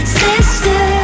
sister